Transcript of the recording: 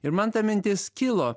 ir man ta mintis kilo